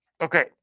okay